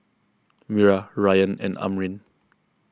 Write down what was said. Wira Ryan and Amrin